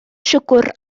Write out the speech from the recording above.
siwgr